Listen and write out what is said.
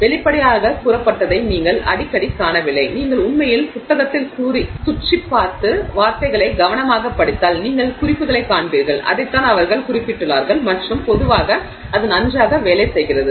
வெளிப்படையாகக் கூறப்பட்டதை நீங்கள் அடிக்கடி காணவில்லை நீங்கள் உண்மையில் புத்தகத்தில் சுற்றிப் பார்த்து வார்த்தைகளை கவனமாகப் படித்தால் நீங்கள் குறிப்புகளைக் காண்பீர்கள் அதைத்தான் அவர்கள் குறிப்பிடுகிறார்கள் மற்றும் பொதுவாக அது நன்றாக வேலை செய்கிறது